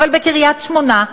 אבל בקריית-שמונה,